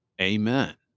Amen